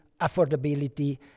affordability